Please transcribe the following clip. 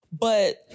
but-